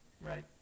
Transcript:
Right